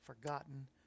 Forgotten